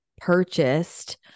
purchased